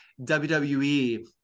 WWE